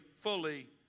fully